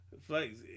Flex